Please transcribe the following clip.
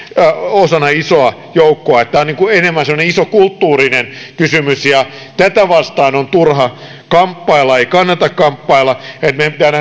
osana isoa joukkoa tämä on enemmän semmoinen iso kulttuurinen kysymys tätä vastaan on turha kamppailla ei kannata kamppailla meidän pitää nähdä